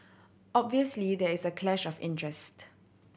obviously there is a clash of interest